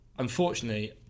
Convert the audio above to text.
unfortunately